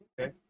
okay